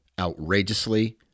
outrageously